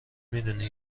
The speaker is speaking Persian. میدونی